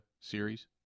series